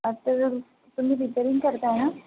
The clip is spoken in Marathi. आता जर तुम्ही रिपेरिंग करताय ना